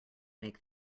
make